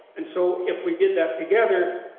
and so if we get that together,